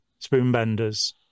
Spoonbenders